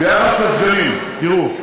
ביחס לסגנים, תראו,